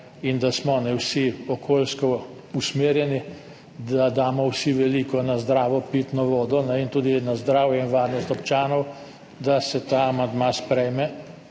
in da smo vsi okoljsko usmerjeni, da damo vsi veliko na zdravo pitno vodo in tudi na zdravje in varnost občanov, da se ta amandma sprejme